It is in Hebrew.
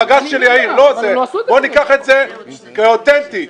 בוא ניקח את זה כאוטנטי.